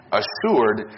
assured